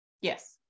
yes